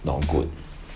not good